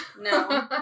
no